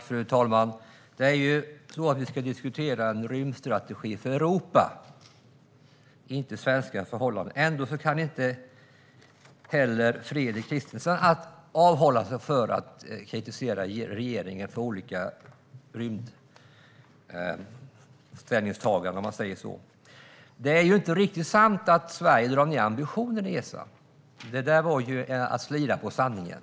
Fru talman! Vi ska diskutera en rymdstrategi för Europa, inte svenska förhållanden. Ändå kan inte heller Fredrik Christensson avhålla sig från att kritisera regeringen för olika rymdställningstaganden. Det är inte riktigt sant att Sverige drar ned på ambitionen i Esa. Det där var att slira på sanningen.